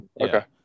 okay